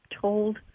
told